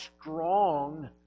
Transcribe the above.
strong